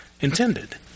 intended